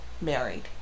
married